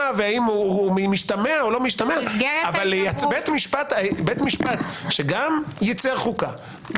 והאם הוא משתמע או לא בית משפט שגם ייצר חוקה,